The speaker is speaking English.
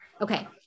Okay